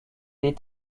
est